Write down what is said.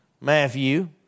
Matthew